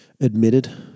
Admitted